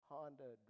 Honda